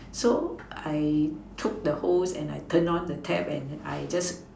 so I took the hose and I turned on the tap and I just